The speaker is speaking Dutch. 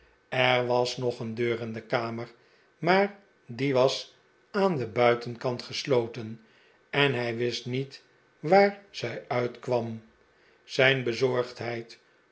er was nog een deur in de kamer maar die was aan den buitenkant gesloten en hij wist niet waar zij uitkwam zijn bezorgdheid